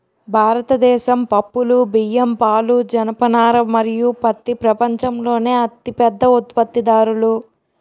భారతదేశం పప్పులు, బియ్యం, పాలు, జనపనార మరియు పత్తి ప్రపంచంలోనే అతిపెద్ద ఉత్పత్తిదారులు